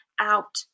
out